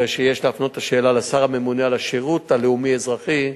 הרי שיש להפנות את השאלה לשר הממונה על השירות הלאומי אזרחי,